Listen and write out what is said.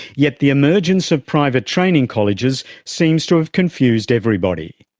yet the emergence of private training colleges seems to have confused everybody.